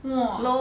!wah!